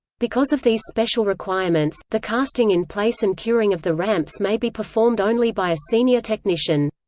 because of these special requirements, the casting-in-place and curing of the ramps may be performed only by a senior technician.